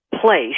place